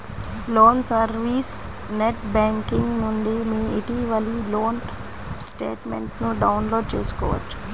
loan service net banking నుండి మీ ఇటీవలి లోన్ స్టేట్మెంట్ను డౌన్లోడ్ చేసుకోవచ్చు